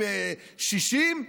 ב-90, ב-60,